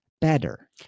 better